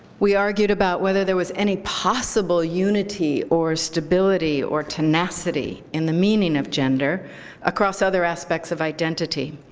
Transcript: we argued about whether there was any possible unity or stability or tenacity in the meaning of gender across other aspects of identity,